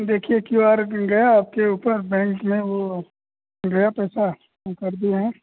देखिए Q R गया आपके ऊपर बैंक में वह गया पैसा हम कर दिए हैं